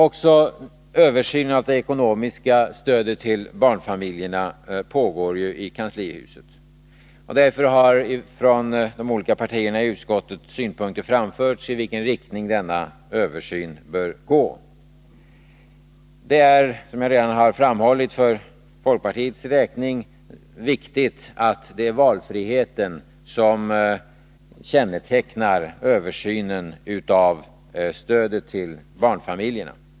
Också översynen av det ekonomiska stödet till barnfamiljerna pågår ju i kanslihuset, och därför har synpunkter framförts från de olika partierna i utskottet om i vilken riktning denna översyn bör gå. Som jag redan har framhållit är det för folkpartiets räkning viktigt att det är just valfriheten som kännetecknar stödet till barnfamiljerna.